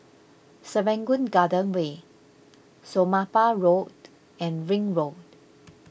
Serangoon Garden Way Somapah Road and Ring Road